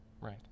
Right